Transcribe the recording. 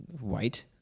white